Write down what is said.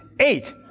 Eight